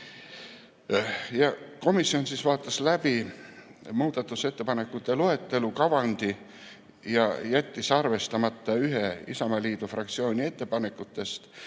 Komisjon vaatas läbi muudatusettepanekute loetelu kavandi, jättis arvestamata ühe Isamaaliidu fraktsiooni ettepanekutest